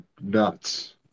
nuts